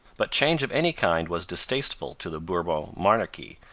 but change of any kind was distasteful to the bourbon monarchy,